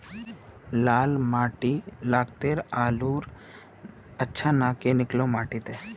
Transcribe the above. लाल माटी लात्तिर आलूर अच्छा ना की निकलो माटी त?